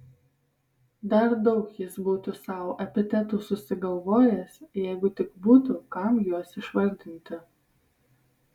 dar daug jis būtų sau epitetų susigalvojęs jeigu tik būtų kam juos išvardinti